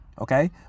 okay